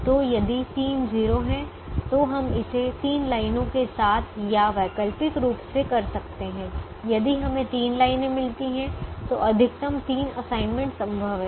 तो यदि तीन 0 हैं तो हम इसे तीन लाइनों के साथ या वैकल्पिक रूप से कर सकते हैं यदि हमें तीन लाइनें मिलती हैं तो अधिकतम तीन असाइनमेंट संभव हैं